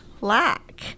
lack